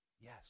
Yes